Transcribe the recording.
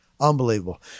Unbelievable